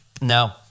no